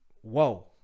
Whoa